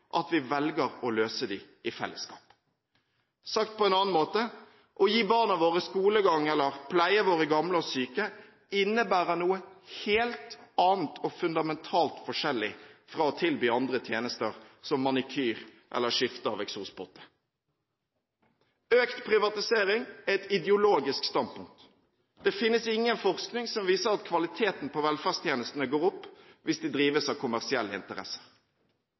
at vi velger å løse dem i fellesskap. Sagt på en annen måte: Å gi barna våre skolegang eller å pleie våre gamle og syke innebærer noe helt annet og fundamentalt forskjellig fra å tilby andre tjenester som manikyr eller skifte av eksospotte. Økt privatisering er et ideologisk standpunkt. Det finnes ingen forskning som viser at kvaliteten på velferdstjenestene går opp hvis de drives av kommersielle interesser.